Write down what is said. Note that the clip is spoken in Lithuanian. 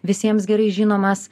visiems gerai žinomas